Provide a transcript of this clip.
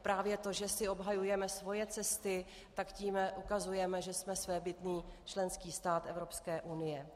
Právě to, že si obhajujeme svoje cesty, tak tím ukazujeme, že jsme svébytný členský stát Evropské unie.